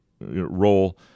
role